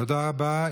תודה רבה.